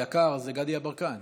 היקר זה גדי יברקן.